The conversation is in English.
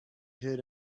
heard